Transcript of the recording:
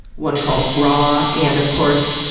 one called raw, and of course,